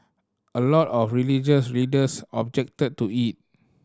a lot of religious leaders objected to it